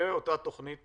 ואותה תוכנית